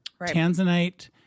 tanzanite